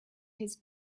his